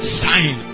sign